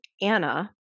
Anna